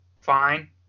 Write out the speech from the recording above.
Fine